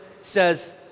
says